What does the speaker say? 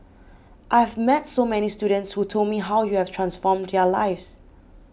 I have met so many students who told me how you have transformed their lives